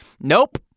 Nope